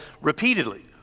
repeatedly